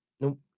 nope